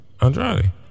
Andrade